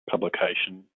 publication